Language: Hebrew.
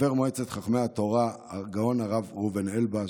חבר מועצת חכמי התורה הגאון הרב ראובן אלבז,